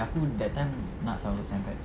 aku that time nak sia masuk saint pat~